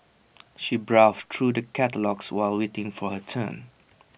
she browsed through the catalogues while waiting for her turn